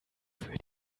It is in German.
für